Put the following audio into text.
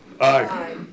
Aye